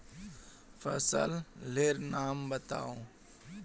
फसल लेर नाम बाताउ?